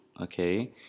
okay